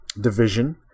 division